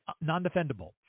non-defendable